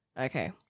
Okay